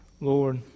Lord